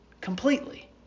completely